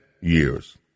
years